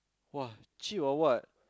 !wah! cheap or what